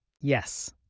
Yes